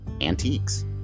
antiques